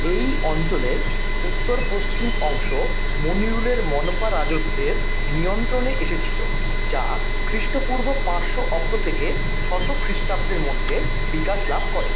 এই অঞ্চলের উত্তর পশ্চিম অংশ মনিউলের মনপা রাজত্বের নিয়ন্ত্রণে এসেছিলো যা খ্রিস্টপূর্ব পাঁচশো অব্দ থেকে ছশো খ্রিস্টাব্দের মধ্যে বিকাশ লাভ করে